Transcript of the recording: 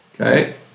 Okay